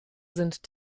sind